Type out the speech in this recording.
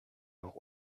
noch